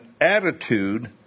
attitude